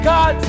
God